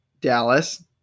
Dallas